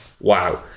Wow